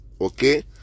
okay